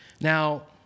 Now